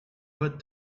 put